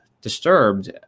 disturbed